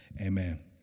Amen